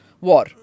war